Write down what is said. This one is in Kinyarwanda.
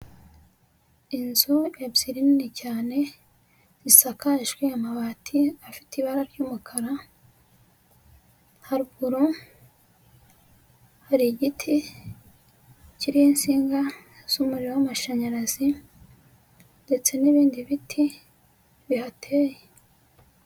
Inzu ebyiri nini cyane zisakajwe amabati afite ibara ry'umukara, haruguru hari igiti kiriho insinga z'umuriro w'amashanyarazi ndetse n'ibindi biti bihateye.